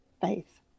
Faith